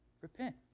repent